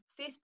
Facebook